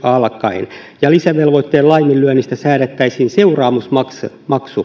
alkaen ja lisävelvoitteen laiminlyönnistä säädettäisiin seuraamusmaksu